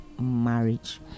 marriage